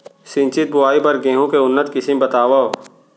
सिंचित बोआई बर गेहूँ के उन्नत किसिम बतावव?